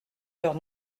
leurs